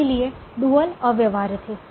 इसलिए डुअल अव्यवहार्य थे